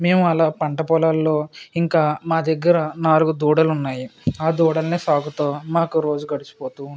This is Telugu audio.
మేము అలా పంట పొలాలలో ఇంకా మా దగ్గర నాలుగు దూడలు ఉన్నాయి ఆ దూడలను సాకుతు మాకు రోజు గడిచిపోతు ఉంటుంది